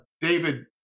David